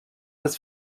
was